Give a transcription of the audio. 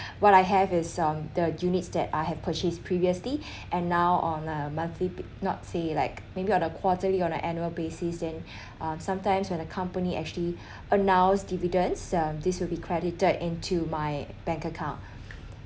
what I have is um the units that I have purchased previously and now on a monthly not say like maybe on a quarterly on an annual basis then uh sometimes when a company company actually announced dividends um this will be credited into my bank account